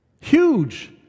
Huge